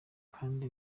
kandi